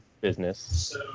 business